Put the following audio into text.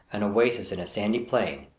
an oasis in a sandy plain,